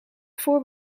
voor